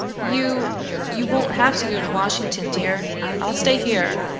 you you won't have to go to washington, dear i'll stay here.